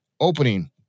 opening